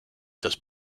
does